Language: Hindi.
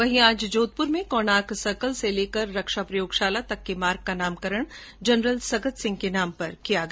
वहीं आज जोधपुर में कोणार्क सर्किल से लेकर रक्षा प्रयोगशाला तक के मार्ग का नामकरण जनरल सगत सिंह के नाम पर किया गया